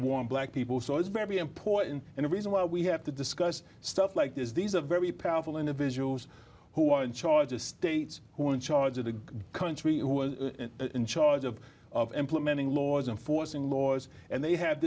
war on black people so it's very important and the reason why we have to discuss stuff like this these are very powerful individuals who are in charge of states who are in charge of the country who are in charge of implementing laws and forcing laws and they had